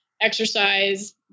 exercise